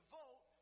vote